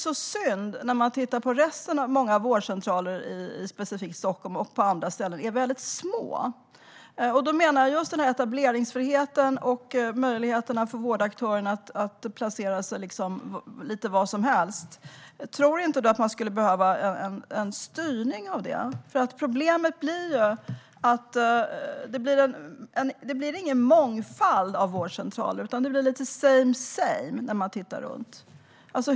Många andra vårdcentraler i Stockholm och på andra ställen är små. Jag menar att etableringsfriheten och möjligheten för vårdaktörerna att placera sig lite var som helst skulle behöva en styrning. Problemet är att det inte blir en mångfald av vårdcentraler, utan det blir lite same-same.